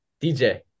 DJ